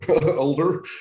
older